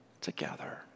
together